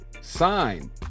sign